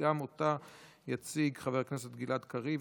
גם אותה יציג חבר הכנסת גלעד קריב,